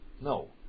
No